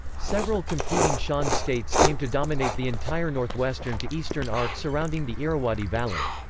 several competing shan states came to dominate the entire northwestern to eastern arc surrounding the irrawaddy valley.